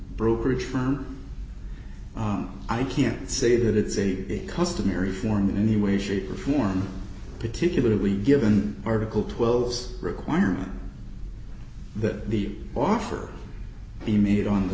brokerage firm i can't say that it's a customary form in any way shape or form particularly given article twelve's requirement that the offer be made on the